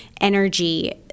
energy